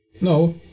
No